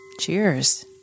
Cheers